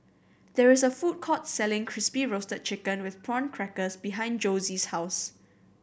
there is a food court selling Crispy Roasted Chicken with Prawn Crackers behind Josie's house